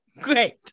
Great